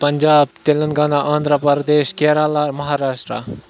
Punjab Telangana آندھراپَردیش Kerala Maharashtra